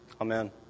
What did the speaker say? Amen